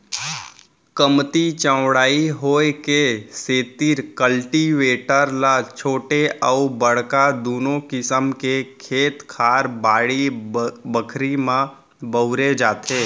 कमती चौड़ाई होय के सेतिर कल्टीवेटर ल छोटे अउ बड़का दुनों किसम के खेत खार, बाड़ी बखरी म बउरे जाथे